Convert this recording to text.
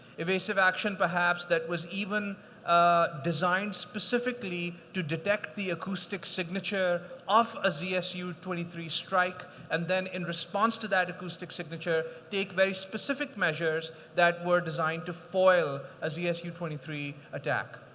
evasive action perhaps that was even designed specifically to detect the acoustic signature of a zsu twenty three strike, and then, in response to that acoustic signature, take very specific measures that were designed to foil a zsu twenty three attack.